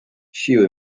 siły